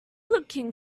looking